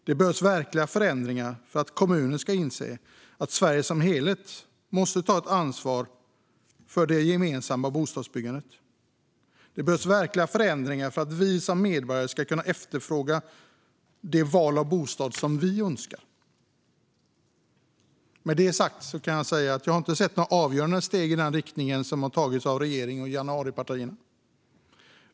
Det behövs verkliga förändringar för att kommuner ska inse att Sverige som helhet måste ta ett ansvar för det gemensamma bostadsbyggandet. Det behövs verkliga förändringar för att vi som medborgare ska kunna efterfråga det val av bostad vi önskar. Med detta sagt kan jag säga att jag inte har sett att några avgörande steg i den riktningen har tagits av regeringen och januaripartierna.